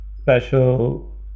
special